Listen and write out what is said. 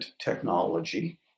technology